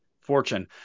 fortune